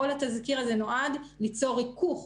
כל התזכיר הזה נועד ליצור ריכוך